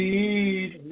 Lead